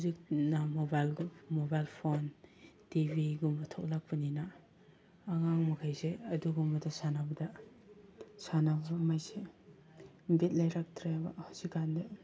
ꯍꯧꯖꯤꯛꯅ mobile phone ꯇꯤ ꯚꯤꯒꯨꯝꯕ ꯊꯣꯛꯂꯛꯄꯅꯤꯅ ꯑꯉꯥꯡ ꯃꯈꯩꯁꯦ ꯑꯗꯨꯒꯨꯝꯕꯗ ꯁꯥꯟꯅꯕꯗ ꯁꯥꯟꯅꯕꯈꯩꯁꯦ ꯕꯤꯠ ꯂꯩꯔꯛꯇ꯭ꯔꯦꯕ ꯍꯧꯖꯤꯛ ꯀꯥꯟꯗꯤ